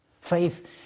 Faith